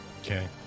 Okay